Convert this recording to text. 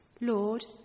Lord